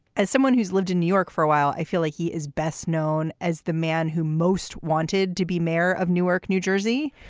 as someone who's lived in new york for a while, i feel like he is best known as the man who most wanted to be mayor of newark, new jersey.